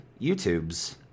YouTubes